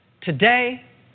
Today